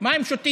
מה הם שותים,